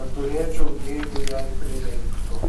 kad turėčiau jeigu jai prireiktų